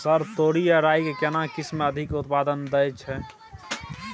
Sir तोरी आ राई के केना किस्म अधिक उत्पादन दैय छैय?